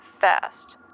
Fast